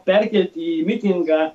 perkelti į mitingą